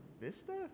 Vista